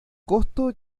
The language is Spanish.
costo